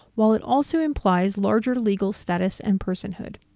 while it also implies larger legal status and personhood.